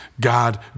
God